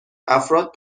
افراد